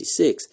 1966